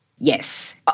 Yes